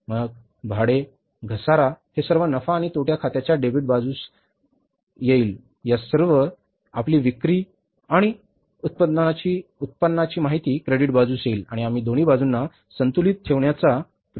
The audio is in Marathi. मग भाडे घसारा हे सर्व नफा आणि तोटा खात्याच्या डेबिट बाजूस येईल या सर्व आपली विक्री आणि उत्पन्नाची माहिती क्रेडिट बाजूस येईल आणि आम्ही दोन्ही बाजूंना संतुलित ठेवण्याचा प्रयत्न करू